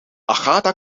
agatha